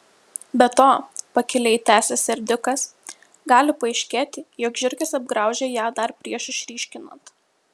be to pakiliai tęsė serdiukas gali paaiškėti jog žiurkės apgraužė ją dar prieš išryškinant